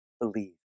believe